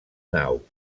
nau